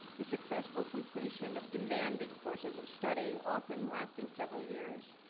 the successful completion of demanding courses of study, often, lasting several years.